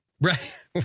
Right